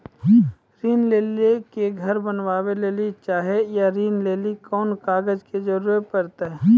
ऋण ले के घर बनावे लेली चाहे या ऋण लेली कोन कागज के जरूरी परतै?